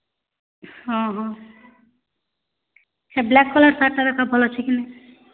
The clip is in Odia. ହଁ ହଁ ସେ ବ୍ଲାକ୍ କଲର୍ ଶାର୍ଟ୍ଟା ଦେଖ ଭଲ୍ ଅଛେ କି ନାଇଁ